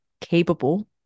capable